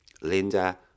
Linda